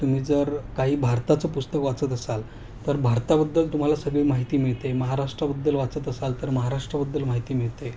तुम्ही जर काही भारताचं पुस्तक वाचत असाल तर भारताबद्दल तुम्हाला सगळी माहिती मिळते महाराष्ट्राबद्दल वाचत असाल तर महाराष्ट्राबद्दल माहिती मिळते